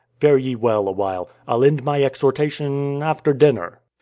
fare ye well awhile i'll end my exhortation after dinner.